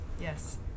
Yes